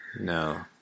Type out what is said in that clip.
no